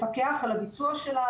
לפקח על הביצוע שלה,